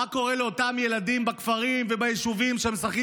מה קורה לאותם ילדים בכפרים וביישובים שמשחקים